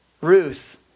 Ruth